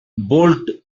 bolt